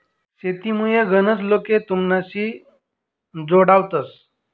शेतीमुये गनच लोके तुमनाशी जोडावतंस